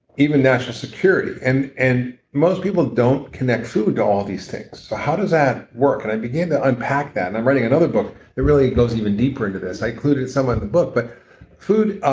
even national security and and most people don't connect food to all these things, so how does that work? so and i began to unpack that and i'm writing another book that really goes even deeper into this. i include somewhat in the book, but food, ah